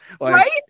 Right